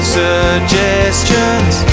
suggestions